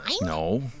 No